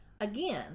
Again